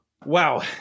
Wow